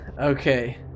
Okay